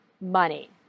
money